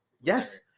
Yes